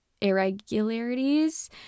irregularities